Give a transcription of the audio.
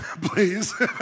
Please